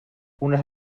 unes